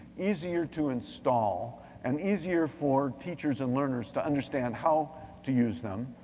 easier to install and easier for teachers and learners to understand how to use them.